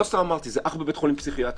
לא סתם אמרתי, זה אח בבית חולים פסיכיאטרי.